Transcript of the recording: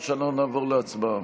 או שאנחנו נעבור להצבעה?